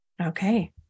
Okay